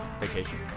vacation